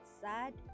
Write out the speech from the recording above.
sad